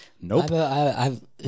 Nope